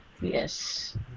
Yes